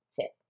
tip